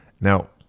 Now